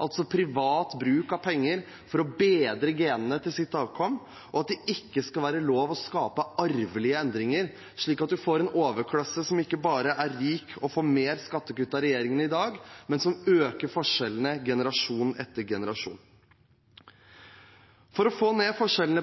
altså privat bruk av penger for å bedre genene til sitt avkom, og at det ikke skal være lov å skape arvelige endringer – som vil gjøre at man får en overklasse som ikke bare er rik og får mer skattekutt av regjeringen i dag, men som øker forskjellene, generasjon etter generasjon. For å få ned forskjellene